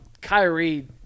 Kyrie